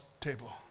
table